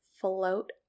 float